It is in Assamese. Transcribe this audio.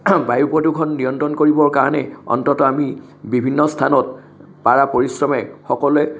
বায়ু প্ৰদূষণ নিয়ন্ত্ৰণ কৰিবৰ কাৰণে অন্ততঃ আমি বিভিন্ন স্থানত পাৰা পৰিশ্ৰমে সকলোৱে